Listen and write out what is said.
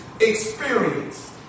experience